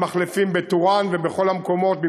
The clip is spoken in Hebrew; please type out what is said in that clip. מחלפים בטורעאן ובכל המקומות,